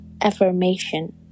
affirmation